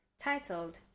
titled